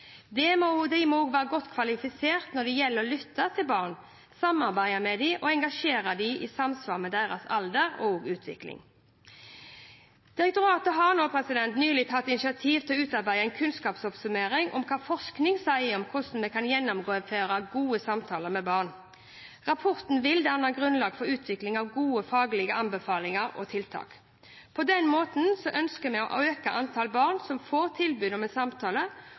De må også være godt kvalifisert når det gjelder å lytte til barn, samarbeide med dem og engasjere dem i samsvar med deres alder og utvikling. Direktoratet har nylig tatt initiativ til å utarbeide en kunnskapsoppsummering om hva forskning sier om hvordan vi kan gjennomføre gode samtaler med barn. Rapporten vil danne grunnlag for utvikling av gode faglige anbefalinger og tiltak. På den måten ønsker vi å øke antallet barn som får tilbud om en samtale,